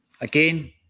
again